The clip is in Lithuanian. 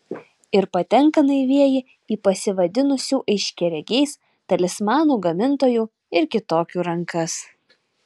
ir patenka naivieji į pasivadinusių aiškiaregiais talismanų gamintojų ir kitokių rankas